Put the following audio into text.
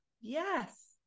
Yes